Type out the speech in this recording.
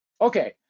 Okay